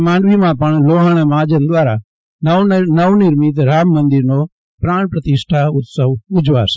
માંડવીમાં પણ લોહાણા મહાજન દ્વારા નવ નિર્મિત રામ મંદિરનો પ્રાણ પ્રતિષ્ઠા ઉત્સવ ઉજાવાશે